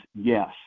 yes